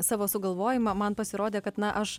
savo sugalvojimą man pasirodė kad na aš